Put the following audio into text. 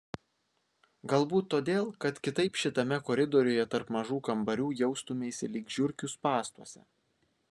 galbūt todėl kad kitaip šitame koridoriuje tarp mažų kambarių jaustumeisi lyg žiurkių spąstuose